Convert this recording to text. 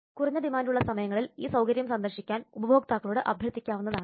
കുറഞ്ഞ ഡിമാൻഡുള്ള സമയങ്ങളിൽ ഈ സൌകര്യം സന്ദർശിക്കാൻ ഉപഭോക്താക്കളോട് അഭ്യർത്ഥിക്കാവുന്നതാണ്